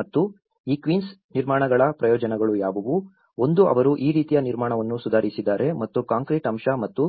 ಮತ್ತು ಈ ಕ್ವಿನ್ಸ್ ನಿರ್ಮಾಣಗಳ ಪ್ರಯೋಜನಗಳು ಯಾವುವು ಒಂದು ಅವರು ಈ ರೀತಿಯ ನಿರ್ಮಾಣವನ್ನು ಸುಧಾರಿಸಿದ್ದಾರೆ ಮತ್ತು ಕಾಂಕ್ರೀಟ್ ಅಂಶ ಮತ್ತು